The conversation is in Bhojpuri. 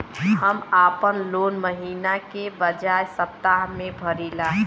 हम आपन लोन महिना के बजाय सप्ताह में भरीला